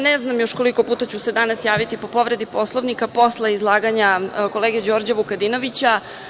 Ne znam koliko puta ću se još danas javiti po povredi Poslovnika posle izlaganja kolege Đorđa Vukadinovića.